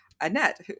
Annette